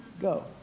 go